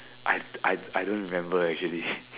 I I I don't remember actually